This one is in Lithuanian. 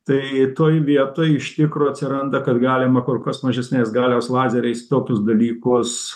tai toj vietoj iš tikro atsiranda kad galima kur kas mažesnės galios lazeriais tokius dalykus